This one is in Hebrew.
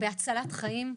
בהצלת חיים.